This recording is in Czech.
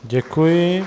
Děkuji.